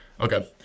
Okay